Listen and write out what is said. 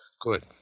Good